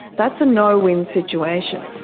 that's a no-win situation.